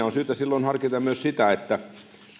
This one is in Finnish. on syytä silloin harkita myös sitä